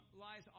lies